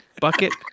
Bucket